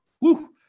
woo